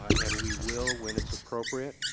ah and we will when it's appropriate.